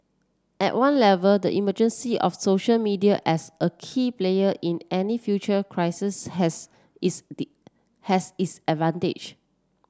at one level the emergence of social media as a key player in any future crisis has its did has its advantage